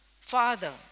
father